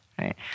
right